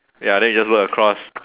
ya then you just work across